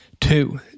Two